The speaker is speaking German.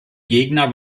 gegner